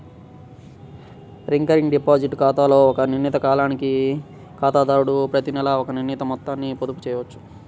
recurring deposit ఖాతాలో ఒక నిర్ణీత కాలానికి ఖాతాదారుడు ప్రతినెలా ఒక నిర్ణీత మొత్తాన్ని పొదుపు చేయవచ్చు